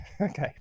okay